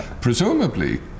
presumably